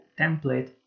template